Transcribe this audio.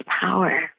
power